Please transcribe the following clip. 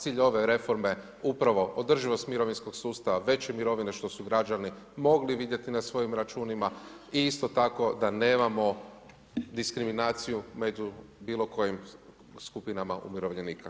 Cilj ove reforme upravo održivost mirovinskog sustava, veće mirovine što su građani mogli vidjeti na svojim računima i isto tako da nemamo diskriminaciju u bilo kojim skupinama umirovljenika.